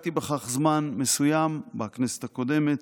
השקעתי בכך זמן מסוים בכנסת הקודמת,